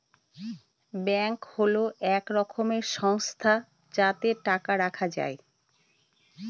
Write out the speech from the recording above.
bank হল এক রকমের সংস্থা যাতে টাকা রাখা যায়